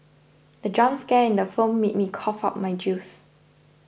the jump scare in the film made me cough out my juice